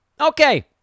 Okay